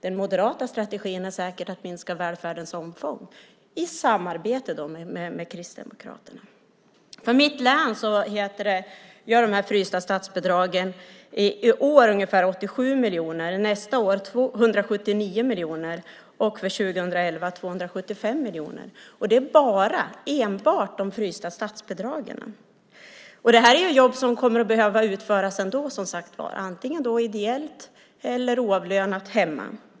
Den moderata strategin är säkert att minska välfärdens omfång - i samarbete med Kristdemokraterna. För mitt hemlän innebär de frysta statsbidragen i år ungefär 87 miljoner och nästa år 179 miljoner. För 2011 innebär det 275 miljoner. Detta gäller enbart de frysta statsbidragen. Det handlar om jobb som kommer att behöva utföras ändå, antingen ideellt eller oavlönat hemma.